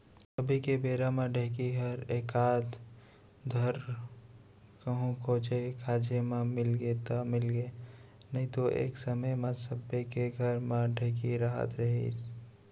अभी के बेरा म ढेंकी हर एकाध धर कहूँ खोजे खाजे म मिलगे त मिलगे नइतो एक समे म सबे के घर म ढेंकी रहत रहिस